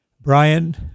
Brian